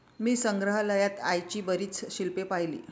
मी संग्रहालयात आईची बरीच शिल्पे पाहिली